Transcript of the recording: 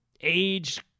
Age